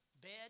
bed